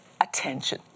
attention